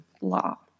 law